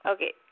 Okay